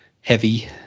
heavy